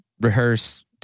rehearse